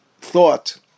thought